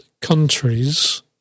countries